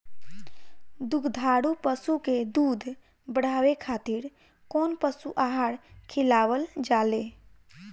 दुग्धारू पशु के दुध बढ़ावे खातिर कौन पशु आहार खिलावल जाले?